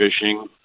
fishing